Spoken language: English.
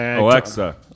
Alexa